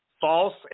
false